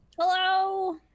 Hello